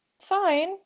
fine